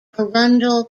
arundel